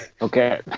Okay